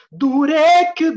durek